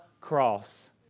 cross